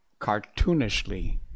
cartoonishly